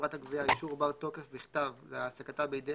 חברת הגבייה אישור בר-תוקף בכתב להעסקתה בידי